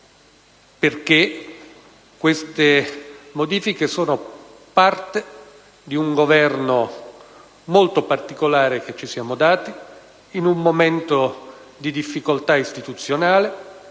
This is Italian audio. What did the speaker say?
perché queste modifiche sono parte del programma di un Governo molto particolare che ci siamo dati in un momento di difficoltà istituzionale;